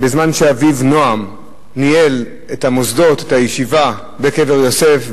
שאביו נועם ניהל את המוסדות את הישיבה בקבר יוסף,